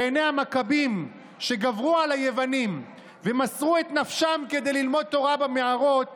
בעיני הם המכבים שגברו על היוונים ומסרו את נפשם כדי ללמוד תורה במערות,